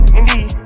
indeed